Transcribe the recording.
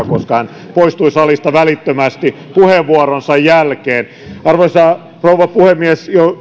koska hän poistui salista välittömästi puheenvuoronsa jälkeen arvoisa rouva puhemies